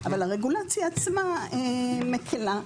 אבל הרגולציה עצמה היא מקלה.